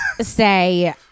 say